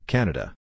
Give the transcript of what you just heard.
Canada